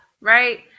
right